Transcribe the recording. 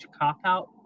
cop-out